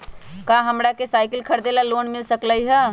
का हमरा के साईकिल खरीदे ला लोन मिल सकलई ह?